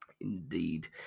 indeed